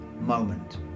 moment